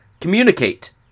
Communicate